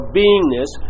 beingness